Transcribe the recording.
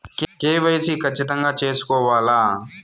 KYC ఖచ్చితంగా సేసుకోవాలా